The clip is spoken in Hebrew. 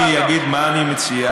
אני אגיד מה אני מציע,